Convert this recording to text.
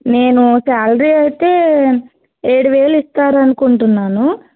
నేను శాలరీ అయితే ఏడు వేలు ఇస్తారనుకుంటున్నాను